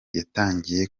yatangiye